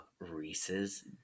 Reese's